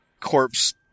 corpse